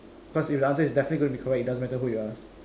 cause if answer is definitely going to be correct it doesn't matter who you ask